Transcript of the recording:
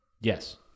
Yes